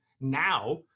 now